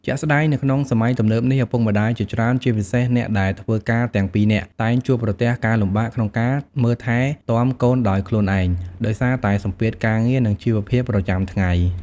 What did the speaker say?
ជាក់ស្ដែង នៅក្នុងសម័យទំនើបនេះ ឪពុកម្ដាយជាច្រើន ជាពិសេសអ្នកដែលធ្វើការទាំងពីរនាក់ តែងជួបប្រទះការលំបាកក្នុងការមើលថែទាំកូនដោយខ្លួនឯង ដោយសារតែសម្ពាធការងារ និងជីវភាពប្រចាំថ្ងៃ។